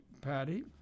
Patty